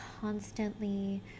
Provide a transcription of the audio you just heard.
constantly